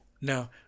Now